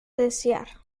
desear